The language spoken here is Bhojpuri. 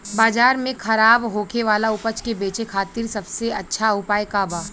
बाजार में खराब होखे वाला उपज के बेचे खातिर सबसे अच्छा उपाय का बा?